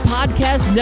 Podcast